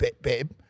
babe